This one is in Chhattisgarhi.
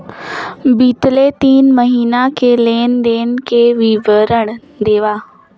बितले तीन महीना के लेन देन के विवरण देवा?